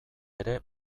ere